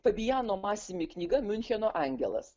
fabiano masimi knyga miuncheno angelas